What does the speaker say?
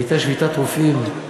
הייתה שביתת רופאים,